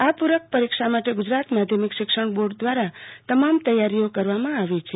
આ પુરક પરીક્ષા માટે ગુજરાત માધ્યમિક શિક્ષણ બોર્ડ દ્રારા તમામ તૈયારીઓ કરવામાં આવી છે